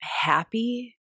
happy